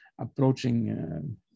approaching